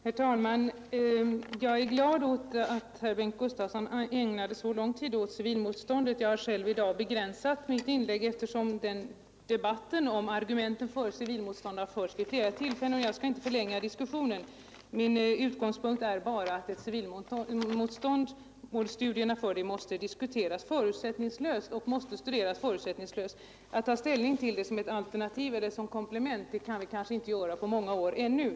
Herr talman! Jag är glad åt att herr Bengt Gustavsson ägnade så pass många ord åt civilmotståndet. Jag har själv i dag begränsat mitt inlägg om den saken, eftersom debatten om civilmotstånd har förts vid flera andra tillfällen. Jag skall inte heller nu förlänga diskussionen. Min utgångspunkt är att ett civilmotstånd och studier för ett sådant måste diskuteras förutsättningslöst. Att ta ställning till civilmotståndet som ett alternativ eller komplement kan vi kanske inte göra ännu på många år.